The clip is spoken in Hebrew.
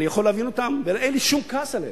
אני יכול להבין אותם, ואין לי שום כעס עליהם.